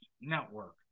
Network